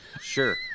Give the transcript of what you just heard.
sure